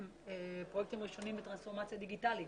פרויקטים ראשונים בטרנספורמציה דיגיטלית.